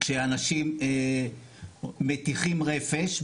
כשאנשים מטיחים רפש,